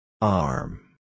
Arm